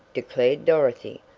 declared dorothy.